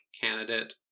candidate